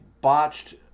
botched